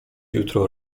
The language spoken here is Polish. jutro